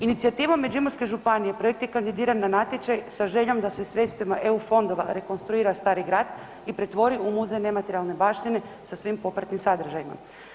Inicijativom Međimurske županije projekt je kandidiran na natječaj sa željom da se sredstvima EU fondova rekonstruira stari grad i pretvori u muzej nematrijalne baštine sa svim popratnim sadržajima.